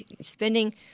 spending